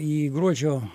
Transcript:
į gruodžio